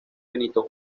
benito